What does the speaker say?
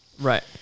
Right